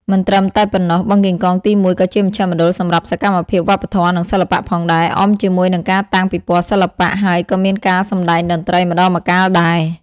មិនត្រឹមតែប៉ុណ្ណោះ បឹងកេងកងទី១ក៏ជាមជ្ឈមណ្ឌលសម្រាប់សកម្មភាពវប្បធម៌ និងសិល្បៈផងដែរ អមជាមួយនឹងការតាំងពិពណ៌សិល្បៈ ហើយក៏មានការសម្តែងតន្ត្រីម្តងម្កាលដែរ។